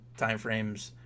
timeframes